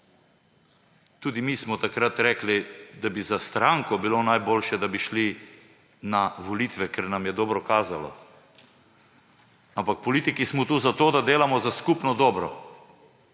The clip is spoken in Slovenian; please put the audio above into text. Tudi mi smo takrat rekli, da bi za stranko bilo najboljše, da bi šli na volitve, ker nam je dobro kazalo, ampak politiki smo tu zato, da delamo za skupno dobro.